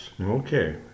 Okay